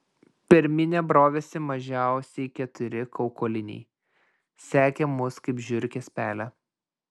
per minią brovėsi mažiausiai keturi kaukoliniai sekė mus kaip žiurkės pelę